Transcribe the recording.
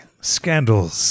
scandals